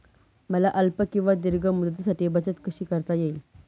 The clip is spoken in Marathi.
मला अल्प किंवा दीर्घ मुदतीसाठी बचत कशी करता येईल?